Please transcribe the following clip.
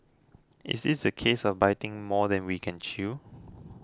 is this a case of biting more than we can chew